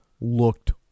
looked